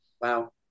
wow